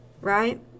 right